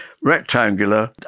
rectangular